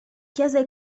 chiese